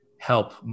help